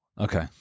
Okay